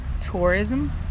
tourism